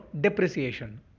depreciation